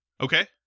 Okay